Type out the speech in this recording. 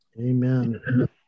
Amen